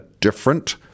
different